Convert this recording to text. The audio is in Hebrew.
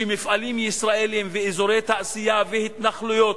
שמפעלים ישראליים ואזורי תעשייה והתנחלויות